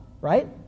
right